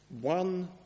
One